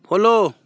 follow